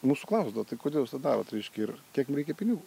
mūsų klausdavo tai kodėl jūs tą darot reiškia ir kiek kiek pinigų